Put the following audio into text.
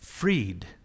Freed